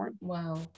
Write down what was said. Wow